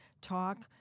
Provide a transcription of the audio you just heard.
talk